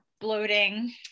bloating